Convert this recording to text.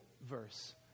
verse